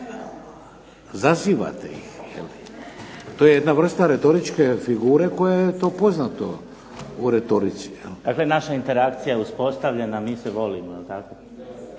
zazivate ih. To je jedna vrsta retoričke figure koja je to poznata u retorici. **Beus Richembergh, Goran (HNS)** Dakle naša interakcija je uspostavljena, mi se volimo